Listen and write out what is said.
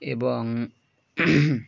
এবং